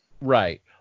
Right